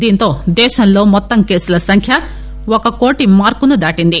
దీంతో దేశంలో మొత్తం కేసుల సంఖ్య ఒక కోటి మార్క్ ను దాటింది